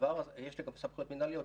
יש לי גם סמכויות מינהליות,